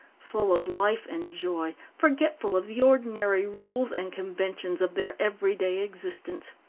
full of life and joy, forgetful of the ordinary rules and conventions of their every-day existence.